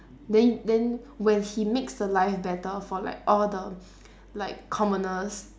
then then when he makes life better for like all the like commoners